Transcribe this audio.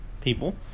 people